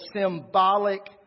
symbolic